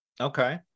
Okay